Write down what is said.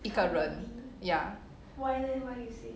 一个人 ya